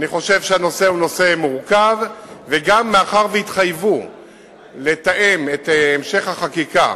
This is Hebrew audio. אני חושב שהנושא הוא נושא מורכב וגם מאחר שהתחייבו לתאם את המשך החקיקה